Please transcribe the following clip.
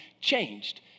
changed